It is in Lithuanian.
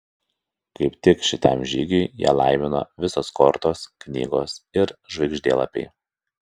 kaip tik šitam žygiui ją laimino visos kortos knygos ir žvaigždėlapiai